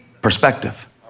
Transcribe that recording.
Perspective